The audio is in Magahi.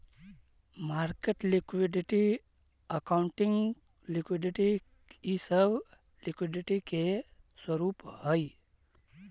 मार्केट लिक्विडिटी, अकाउंटिंग लिक्विडिटी इ सब लिक्विडिटी के स्वरूप हई